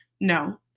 No